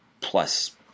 plus